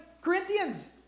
Corinthians